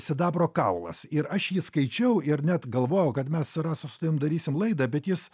sidabro kaulas ir aš jį skaičiau ir net galvojau kad mes rasa su tavim darysim laidą bet jis